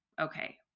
okay